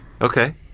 Okay